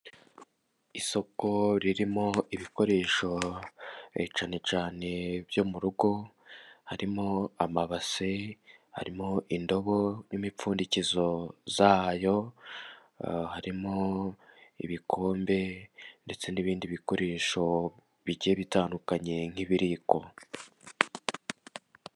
Isoko ririmo ibikoresho, cyane cyane byo mu rugo, harimo amabase, harimo indobo n'imipfundikizo yayo, harimo ibikombe ndetse n'ibindi bikoresho bigiye bitandukanye nk'ibiyiko.